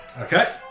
Okay